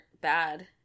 bad